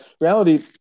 reality